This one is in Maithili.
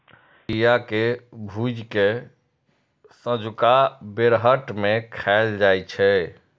कदीमा के बिया कें भूजि कें संझुका बेरहट मे खाएल जाइ छै